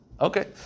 Okay